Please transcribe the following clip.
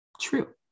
True